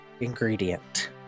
ingredient